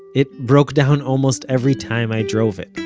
it broke down almost every time i drove it,